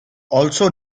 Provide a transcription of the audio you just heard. also